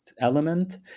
element